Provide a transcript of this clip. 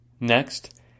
Next